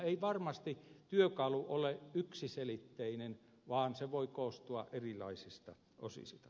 ei varmasti työkalu ole yksiselitteinen vaan se voi koostua erilaisista osista